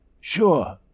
Sure